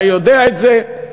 אתה יודע את זה,